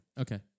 Okay